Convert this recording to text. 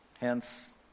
hence